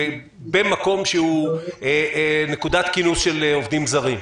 במקום שהוא נקודת כינוס של עובדים זרים.